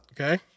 Okay